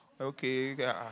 okay